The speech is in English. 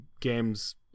games